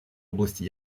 области